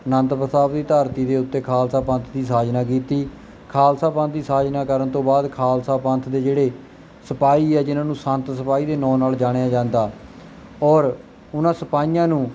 ਅਨੰਦਪੁਰ ਸਾਹਿਬ ਦੀ ਧਰਤੀ ਦੇ ਉੱਤੇ ਖਾਲਸਾ ਪੰਥ ਦੀ ਸਾਜਨਾ ਕੀਤੀ ਖਾਲਸਾ ਪੰਥ ਦੀ ਸਾਜਨਾ ਕਰਨ ਤੋਂ ਬਾਅਦ ਖਾਲਸਾ ਪੰਥ ਦੇ ਜਿਹੜੇ ਸਿਪਾਹੀ ਆ ਜਿਨ੍ਹਾਂ ਨੂੰ ਸੰਤ ਸਿਪਾਹੀ ਦੇ ਨਾਂ ਨਾਲ ਜਾਣਿਆ ਜਾਂਦਾ ਔਰ ਉਹਨਾਂ ਸਿਪਾਹੀਆਂ ਨੂੰ